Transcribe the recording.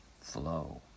flow